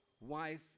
wife